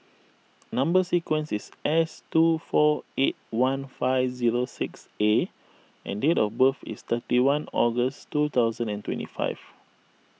Number Sequence is S two four eight one five zero six A and date of birth is thirty one August two thousand and twenty five